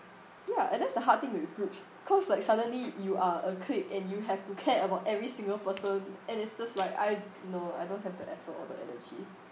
ya and that's the hard thing with groups cause like suddenly you are a clique and you have to care about every single person and it's just like I no I don't have the effort or the energy